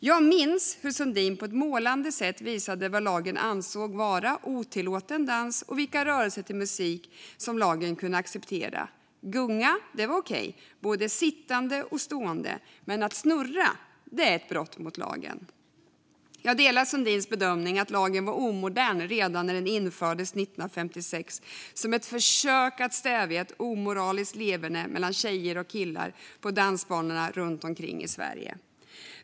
Jag minns hur Sundin på ett målande sätt visade vad lagen ansåg vara otillåten dans och vilka rörelser till musik som lagen kunde acceptera. Att gunga var okej, både sittande och stående, men att snurra är ett brott mot lagen. Jag delar Sundins bedömning att lagen var omodern redan när den infördes 1956 som ett försök att stävja ett omoraliskt leverne bland tjejer och killar på dansbanorna runt om i Sverige.